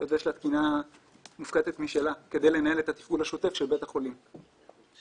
מנסים להטמיע את הכלים שאנחנו כן קונים עד